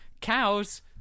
cows